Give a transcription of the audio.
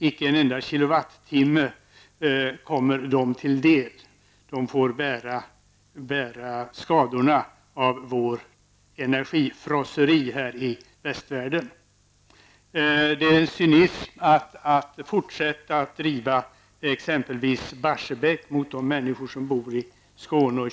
Icke en enda kilowattimme kommer dem till del. De får bära skadorna av vårt energifrosseri här i västvärlden. Det är en cynism mot de människor som bor i Skåne och Köpenhamn att fortsätta att driva Barsebäck.